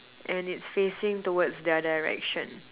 and it's facing towards their direction